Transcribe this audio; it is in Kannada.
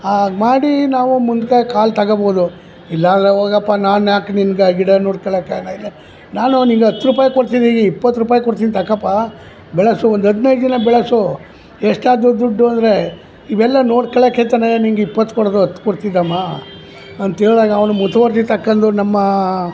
ಆಗ ಮಾಡಿ ನಾವು ಮುಂದ್ಕೆ ಕಾಲು ತಗಬೋದು ಇಲ್ಲಾಂದರೆ ಹೋಗಪ್ಪ ನಾನು ಯಾಕೆ ನಿನ್ಗೆ ಗಿಡ ನೋಡ್ಕೊಳೋಕ್ಕೆ ನಾನು ನಿಂಗ ಹತ್ತು ರುಪಾಯಿ ಕೊಡ್ತಿನಿ ಇಪ್ಪತ್ತು ರುಪಾಯಿ ಕೊಡ್ತಿನಿ ತಗೋಪ್ಪ ಬೆಳೆಸು ಒಂದು ಹದಿನೈದು ದಿನ ಬೆಳೆಸು ಎಷ್ಟು ಆದವು ದುಡ್ಡು ಅಂದರೆ ಇವೆಲ್ಲ ನೋಡ್ಕೊಳೋಕ್ಕೆ ತಾನೇ ನಿಂಗೆ ಇಪ್ಪತ್ತು ಕೊಡೋದು ಹತ್ತು ಕೊಡ್ತಿದಮ್ಮ ಅಂತ ಹೇಳ್ದಾಗ ಅವ್ನು ಮುತುವರ್ಜಿ ತಕ್ಕಂಡು ನಮ್ಮ